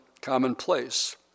commonplace